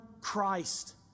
Christ